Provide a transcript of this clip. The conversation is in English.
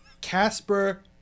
Casper